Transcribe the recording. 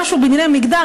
משהו בענייני מגדר,